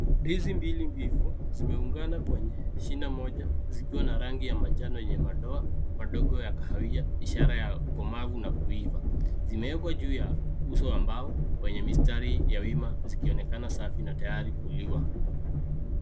Ndizi mbili mbivu zimeungana kwa shina moja zikiwa na rangi ya manjano yenye madoa madogo ya kahawia ishara na kuiva, zimeekwa juu ya nguzo wa mbao Kwenye mistari za wima zikionekana safi na tayari kuliwa.